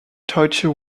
deutsche